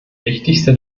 wichtigste